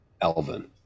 Elvin